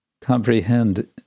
comprehend